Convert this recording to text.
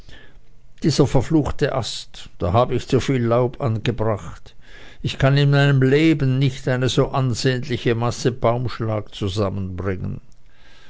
dieser verfluchte ast da hab ich zuviel laub angebracht ich kann in meinem leben nicht eine so ansehnliche masse baumschlag zusammenbringen